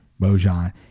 Bojan